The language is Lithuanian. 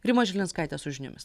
rima žilinskaitė su žiniomis